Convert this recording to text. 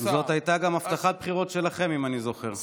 זאת הייתה גם הבטחת בחירות שלכם, אם אני זוכר.